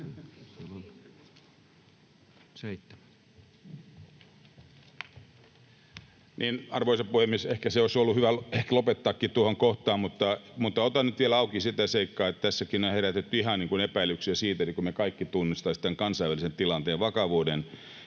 Arvoisa puhemies! Ehkä olisi ollut hyvä lopettaakin tuohon kohtaan, mutta otan nyt vielä auki sitä seikkaa, että tässäkin on herätetty ihan epäilyksiä siitä, tunnistammeko me kaikki tämän kansainvälisen tilanteen vakavuuden